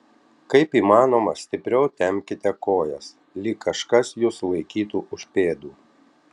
kaip įmanoma stipriau tempkite kojas lyg kažkas jus laikytų už pėdų